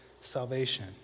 salvation